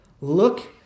Look